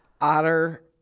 Otter